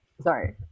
sorry